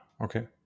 Okay